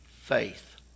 faith